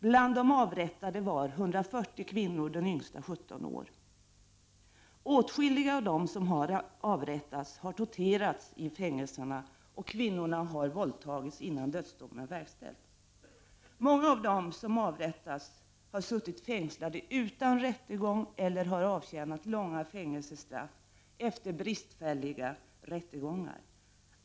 Bland de avrättade var 140 kvinnor, den yngsta 17 år. Åtskilliga av dem som avrättats har torterats i fängelserna och kvinnor har våldtagits innan dödsdomen verkställts. Många av dem som avrättats har suttit fängslade utan rättegång eller har avtjänat långa fängelsestraff efter bristfälliga rättegångar.